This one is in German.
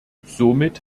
somit